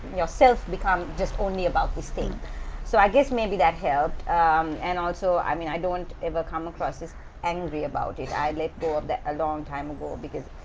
yourself become just only about this thing so i guess maybe that helped and also, i mean, i don't ever come across is angry about it, i let go of that a long time ago, because,